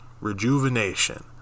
rejuvenation